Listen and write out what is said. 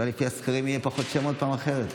אולי לפי הסקרים יהיו פחות שמות בפעם אחרת?